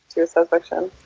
your satisfaction.